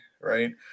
right